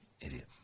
Idiot